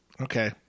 okay